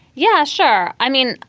yeah, sure. i mean,